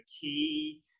key